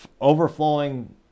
overflowing